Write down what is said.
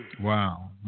Wow